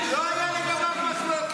מחלוקת, לא הייתה לגביו מחלוקת.